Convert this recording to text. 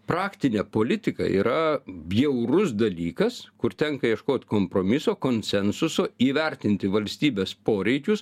praktinė politika yra bjaurus dalykas kur tenka ieškot kompromiso konsensuso įvertinti valstybės poreikius